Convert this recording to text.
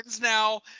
now